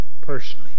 personally